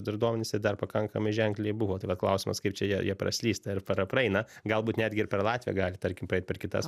dar duomenis ir dar pakankamai ženkliai buvo tai va klausimas kaip čia jie jie praslysta ir para praeina galbūt netgi ir per latviją gali tarkim pereit per kitas